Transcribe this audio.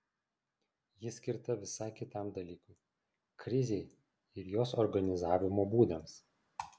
ji skirta visai kitam dalykui krizei ir jos organizavimo būdams